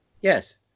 Yes